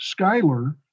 Skyler